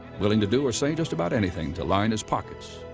willing to do or say just about anything to line his pockets,